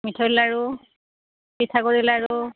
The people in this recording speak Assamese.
মিঠৈৰ লাড়ু পিঠাগুড়িৰ লাড়ু